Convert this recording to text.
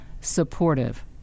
supportive